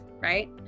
right